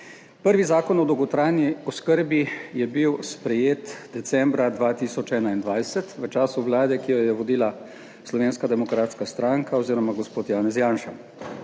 Prvi zakon o dolgotrajni oskrbi je bil sprejet decembra 2021 v času vlade, ki jo je vodila Slovenska demokratska stranka oziroma gospod Janez Janša.